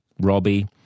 Robbie